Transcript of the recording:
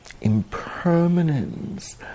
impermanence